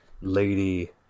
lady